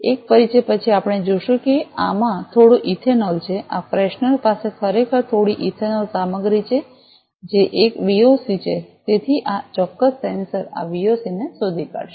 એક પરિચય પછી આપણે જોશું કે આમાં થોડો ઇથેનોલ છે આ ફ્રેશનર પાસે ખરેખર થોડી ઇથેનોલ સામગ્રી છે જે એક વિઓસી છે તેથી આ ચોક્કસ સેન્સર આ વિઓસી ને શોધી કાઢશે